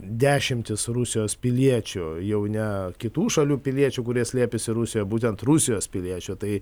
dešimtis rusijos piliečių jau ne kitų šalių piliečių kurie slėpėsi rusijoje būtent rusijos piliečių tai